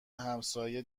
همسایه